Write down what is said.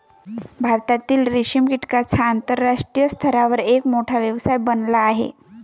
भारतातील रेशीम कीटकांचा आंतरराष्ट्रीय स्तरावर एक मोठा व्यवसाय बनला आहे